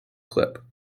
clip